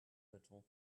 little